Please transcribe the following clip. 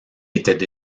étaient